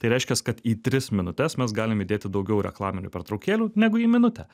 tai reiškias kad į tris minutes mes galim įdėti daugiau reklaminių pertraukėlių negu į minutę